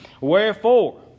wherefore